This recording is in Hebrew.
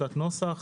טיוטת נוסח,